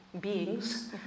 beings